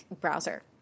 browser